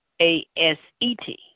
A-S-E-T